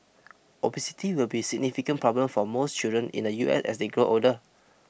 obesity will be a significant problem for most children in the U S as they grow older